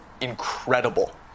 incredible